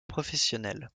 professionnel